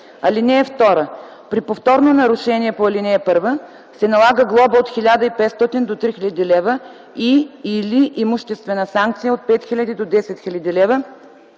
лв. (2) При повторно нарушение по ал. 1 се налага глоба от 1500 до 3000 лв. и/или имуществена санкция от 5000 до 10 000 лв.